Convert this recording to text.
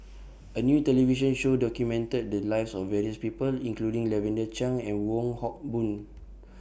A New television Show documented The Lives of various People including Lavender Chang and Wong Hock Boon